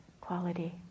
quality